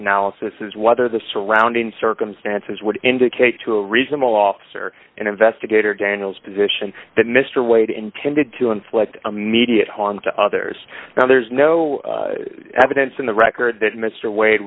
analysis is whether the surrounding circumstances would indicate to a reasonable officer investigator daniel's position that mr wade intended to inflict immediate harm to others now there's no evidence in the record that mr wa